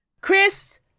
Chris